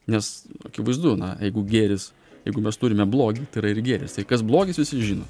nes akivaizdu na jeigu gėris jeigu mes turime blogį tai yra ir gėris tai kas blogis visi žino